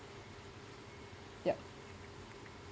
yup